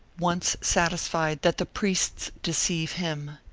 once satisfied that the priests deceive him,